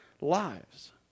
lives